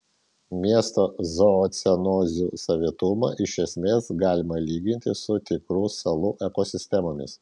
miesto zoocenozių savitumą iš esmės galima lyginti su tikrų salų ekosistemomis